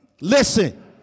listen